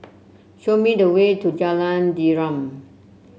show me the way to Jalan Derum